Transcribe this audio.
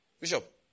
Bishop